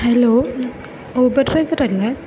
hello Uber driver അല്ലേ